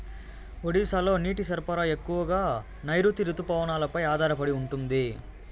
ఒడిశాలో నీటి సరఫరా ఎక్కువగా నైరుతి రుతుపవనాలపై ఆధారపడి ఉంటుంది